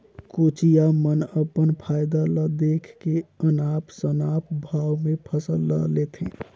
कोचिया मन अपन फायदा ल देख के अनाप शनाप भाव में फसल ल लेथे